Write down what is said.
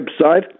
website